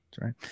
right